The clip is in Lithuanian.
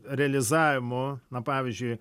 realizavimu na pavyzdžiui